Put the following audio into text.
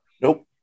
Nope